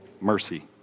mercy